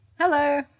Hello